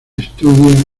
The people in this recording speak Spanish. estudia